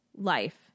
life